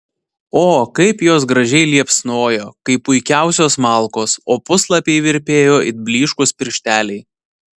o kaip jos gražiai liepsnojo kaip puikiausios malkos o puslapiai virpėjo it blyškūs piršteliai